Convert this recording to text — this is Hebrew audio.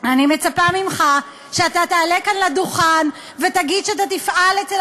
אני מצפה ממך שאתה תעלה כאן לדוכן ותגיד שאתה תפעל אצל